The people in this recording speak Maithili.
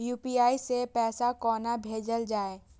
यू.पी.आई सै पैसा कोना भैजल जाय?